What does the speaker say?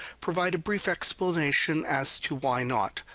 provide a brief explanation as to why not.